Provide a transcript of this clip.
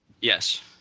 Yes